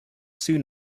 soon